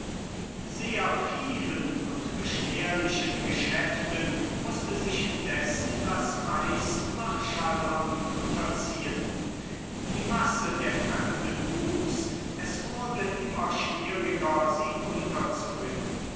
sehr vielen und beschwerlichen geschäften mußte sich indessen das reichsmarschallamt unterziehen die masse der fremden wuchs es wurde immer schwieriger sie unterzubringen